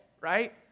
right